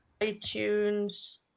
iTunes